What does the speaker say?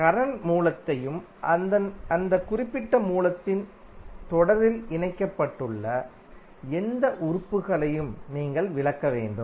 current மூலத்தையும் அந்த குறிப்பிட்ட மூலத்துடன் தொடரில் இணைக்கப்பட்டுள்ள எந்த உறுப்புகளையும் நீங்கள் விலக்க வேண்டும்